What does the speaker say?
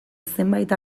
zenbait